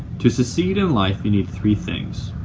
to succeed in life, you need three things,